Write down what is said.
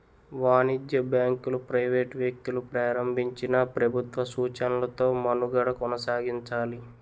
వాణిజ్య బ్యాంకులు ప్రైవేట్ వ్యక్తులు ప్రారంభించినా ప్రభుత్వ సూచనలతో మనుగడ కొనసాగించాలి